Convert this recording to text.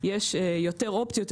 יש יותר אופציות,